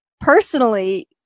personally